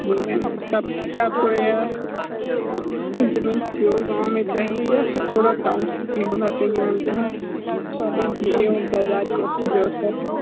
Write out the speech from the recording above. जी ma'am क्या आप यह ज़मीन प्योर गाँव में चाहिए या फिर थोड़ा टाउन सिटी होना चाहिए मैम जहाँ शॉपिंग की एवं बाज़ार की अच्छी व्यवस्था हो